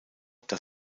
das